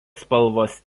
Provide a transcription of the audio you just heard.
spalvos